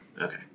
okay